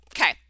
Okay